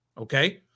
Okay